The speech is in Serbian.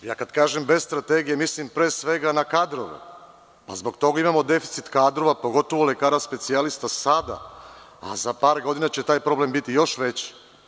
Ja kad kažem - bez strategije mislim pre svega na kadrove, pa zbog toga imamo deficit kadrova pogotovo lekara specijalista sada, a za par godina će taj problem biti još veći.